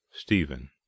stephen